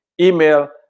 email